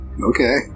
Okay